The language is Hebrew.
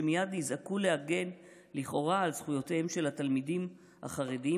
ומייד נזעקו להגן לכאורה על זכויותיהם של התלמידים החרדים